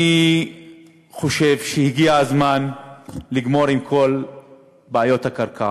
אני חושב שהגיע הזמן לגמור עם כל בעיות הקרקע